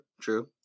true